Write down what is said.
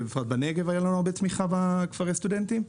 בפרט בנגב הייתה לנו הרבה תמיכה בכפרי סטודנטים.